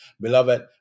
Beloved